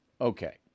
Okay